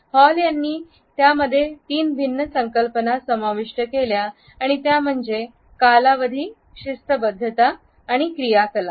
hall यांनी त्यामध्ये तीन भिन्न संकल्पना समाविष्ट केल्या आणि त्या म्हणजे कालावधी शिस्तबद्धता आणि क्रियाकलाप